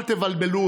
תודות,